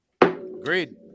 Agreed